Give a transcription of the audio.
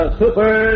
super